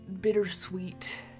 bittersweet